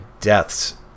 deaths